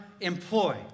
employ